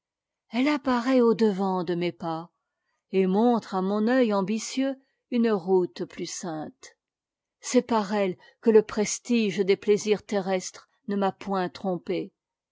elle apparaît au-devant de mes pas et montre à mon œii ambitieux une route plus sainte c'est par elle que le prestige des plaisirs terrestres ne m'a point trompé